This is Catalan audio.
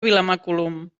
vilamacolum